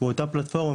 ובאותה פלטפורמה,